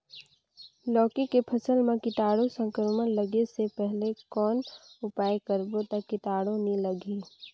लौकी के फसल मां कीटाणु संक्रमण लगे से पहले कौन उपाय करबो ता कीटाणु नी लगही?